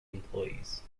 employees